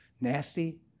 nasty